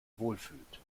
wohlfühlt